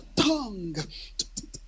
tongue